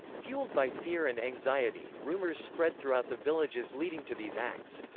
fueled by fear and anxiety, rumors spread throughout the villages leading to these acts.